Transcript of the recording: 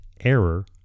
error